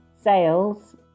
sales